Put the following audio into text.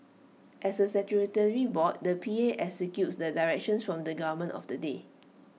as A statutory board the P A executes the directions from the government of the day